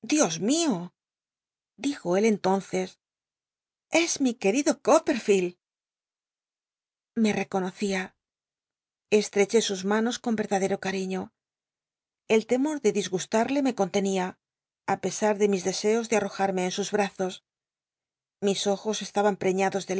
dios mio dijo él entonces es mi querido copperfield me reconocía estreché sus manos con verdadero cmiño el temor de disgustarte me contenía á pesar de mis deseos de arrojarme en sus brazos l'eñados de